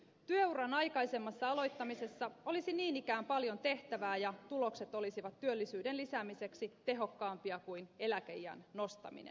työuran aikaisemmassa aloittamisessa olisi niin ikään paljon tehtävää ja tulokset olisivat työllisyyden lisäämiseksi tehokkaampia kuin eläkeiän nostaminen